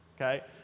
Okay